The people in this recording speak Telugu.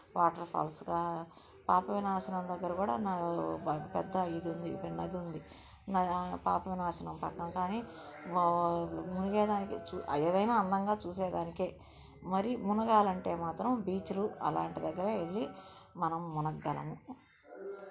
వాటర్ఫాల్స్గా పాప వినాశనం దగ్గర కూడా పెద్ద ఇది ఉంది పెద్ద నది ఉంది పాప వినాశనం పక్కన కానీ మునిగే దానికి ఏదైనా అందంగా చూసేదానికే మరీ మునగాలంటే మాత్రం బీచ్లు అలాంటి దగ్గర వెళ్ళి మనము మునగగలము